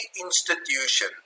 institution